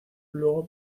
luego